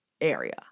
area